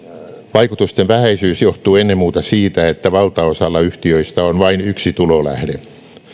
vaikutusten vähäisyys johtuu ennen muuta siitä että valtaosalla yhtiöistä on vain yksi tulolähde